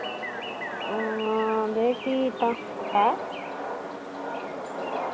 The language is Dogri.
हां ते फ्ही तां हैं